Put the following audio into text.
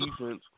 defense